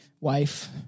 wife